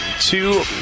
Two